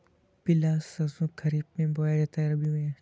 पिला सरसो खरीफ में बोया जाता है या रबी में?